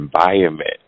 environment